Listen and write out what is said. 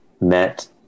Met